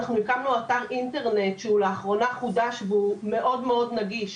הקמנו אתר אינטרנט שחודש לאחרונה והוא מאוד נגיש,